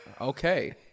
Okay